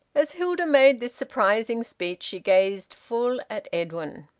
as hilda made this surprising speech she gazed full at edwin.